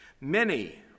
Many